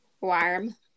warm